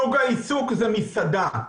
סוג העיסוק זאת מסעדה.